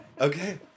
Okay